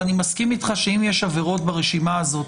אני מסכים איתך שאם יש עבירות ברשימה הזאת